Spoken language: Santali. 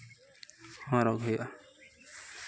ᱦᱚᱨᱚᱜ ᱦᱩᱭᱩᱜᱼᱟ